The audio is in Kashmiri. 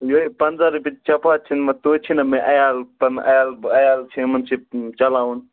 یہے پنژاہ رۄپیہ چپاتھ چھ نہ یوان توتہ چھ نہ مےٚ عیال عیال پنن عیال چھُم چھُ چلاوُن